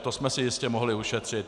To jsme si jistě mohli ušetřit.